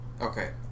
Okay